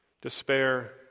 Despair